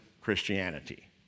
Christianity